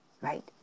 Right